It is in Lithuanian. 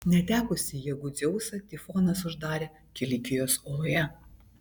netekusį jėgų dzeusą tifonas uždarė kilikijos oloje